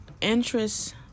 interest